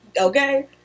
Okay